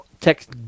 Text